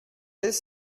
his